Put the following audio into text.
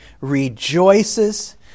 rejoices